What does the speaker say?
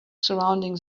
surrounding